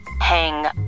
hang